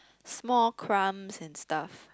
small crumbs and stuff